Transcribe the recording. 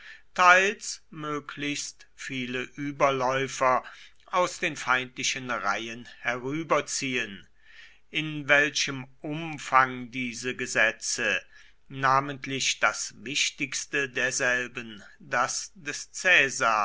teils möglichst viele überläufer aus den feindlichen reihen herüberziehen in welchem umfang diese gesetze namentlich das wichtigste derselben das